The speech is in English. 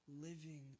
living